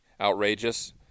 outrageous